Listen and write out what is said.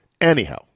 Anyhow